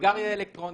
סיגריה אלקטרונית,